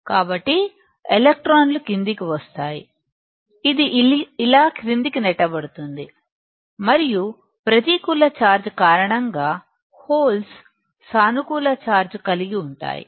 కాబట్టి ఎలక్ట్రాన్లు క్రిందికి వస్తాయి ఇది ఇలా క్రిందికి నెట్టబడుతుంది మరియు ప్రతికూల చార్జ్ కారణంగా హోల్స్ సానుకూల చార్జ్ కలిగి ఉంటాయి